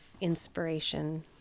inspiration